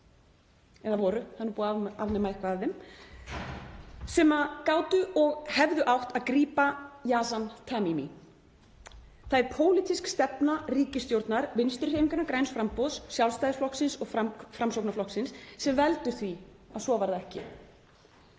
eða voru, það er búið að afnema eitthvað af þeim — sem gátu og hefðu átt að grípa Yazan Tamimi. Það er pólitísk stefna ríkisstjórnar Vinstrihreyfingarinnar – græns framboðs, Sjálfstæðisflokksins og Framsóknarflokksins sem veldur því að svo varð ekki.